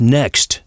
next